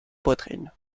poitrine